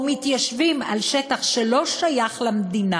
או מתיישבים על שטח שלא שייך למדינה